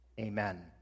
amen